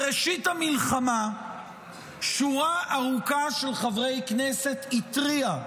בראשית המלחמה שורה ארוכה של חברי כנסת התריעה